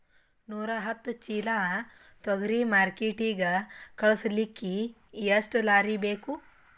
ನೂರಾಹತ್ತ ಚೀಲಾ ತೊಗರಿ ಮಾರ್ಕಿಟಿಗ ಕಳಸಲಿಕ್ಕಿ ಎಷ್ಟ ಲಾರಿ ಬೇಕು?